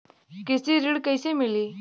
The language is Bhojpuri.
कृषि ऋण कैसे मिली?